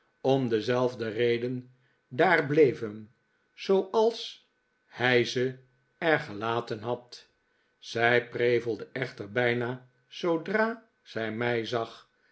om dezelfde reden daar bleven zooals hij ze er gelaten had zij prevelde echter bijna zoodra zij mij zag